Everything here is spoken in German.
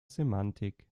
semantik